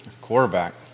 quarterback